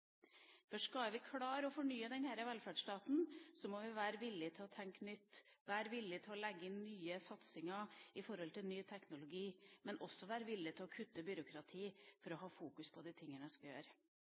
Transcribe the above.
Skal vi klare å fornye denne velferdsstaten, må vi være villige til å tenke nytt, være villige til å legge inn nye satsinger i forhold til ny teknologi, men også være villige til å kutte byråkrati for